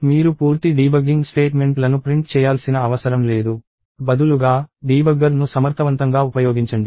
మీరు పూర్తి డీబగ్గింగ్ స్టేట్మెంట్లను ప్రింట్ చేయాల్సిన అవసరం లేదు బదులుగా డీబగ్గర్ను సమర్థవంతంగా ఉపయోగించండి